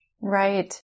right